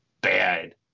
bad